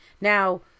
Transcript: Now